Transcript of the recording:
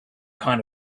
kind